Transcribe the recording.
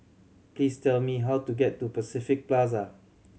please tell me how to get to Pacific Plaza